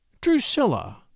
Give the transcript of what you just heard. Drusilla